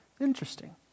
Interesting